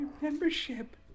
Membership